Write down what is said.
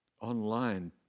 online